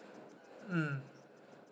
mm